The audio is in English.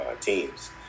teams